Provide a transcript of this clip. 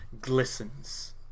glistens